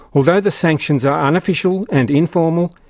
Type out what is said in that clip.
although the sanctions are unofficial and informal,